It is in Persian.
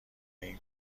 این